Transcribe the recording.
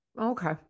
Okay